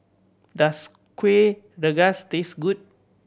does Kueh Rengas taste good